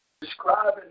describing